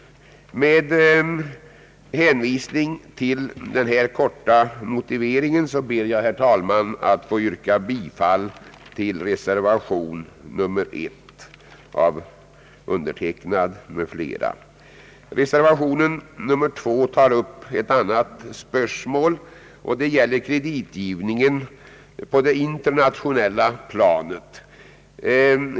Med hänvisning till denna korta motivering ber jag, herr talman, att få yrka bifall till reservation 1 av mig m.fl. Ang. ändringar i banklagstiftningen Reservation 2 tar upp ett annat spörsmål, nämligen kreditgivningen på det internationella planet.